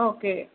okay